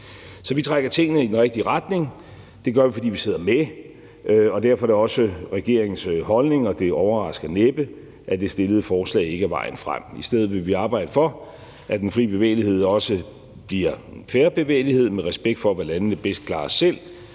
Så vi trækker tingene i den rigtige retning. Det gør vi, fordi vi sidder med, og derfor er det også regeringens holdning, og det overrasker næppe, at det fremsatte forslag ikke er vejen frem. I stedet vil vi arbejde for, at den fri bevægelighed også bliver en fair bevægelighed med respekt for, hvad landene bedst klarer selv.